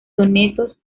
sonetos